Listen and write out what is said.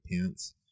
pants